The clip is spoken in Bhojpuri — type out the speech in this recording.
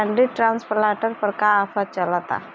पैडी ट्रांसप्लांटर पर का आफर चलता?